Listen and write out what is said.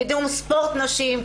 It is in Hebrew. קידום ספורט נשים,